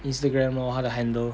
Instagram lor 他的 handle